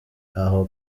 ngaho